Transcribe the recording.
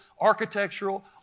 architectural